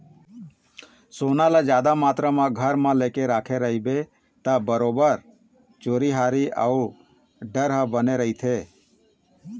सोना ल जादा मातरा म घर म लेके रखे रहिबे ता बरोबर चोरी हारी अउ डर ह बने रहिथे